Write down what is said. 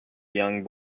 young